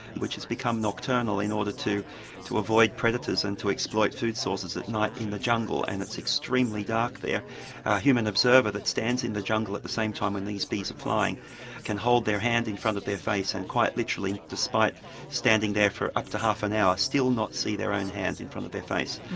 which has become nocturnal in order to to avoid predators and to exploit food sources at night in the jungle and it's extremely dark there, a human observer that stands in the jungle at the same time when these bees are flying can hold their hand in front of their face and quite literally despite standing there for up to half an hour still not see their own hand in front of their face.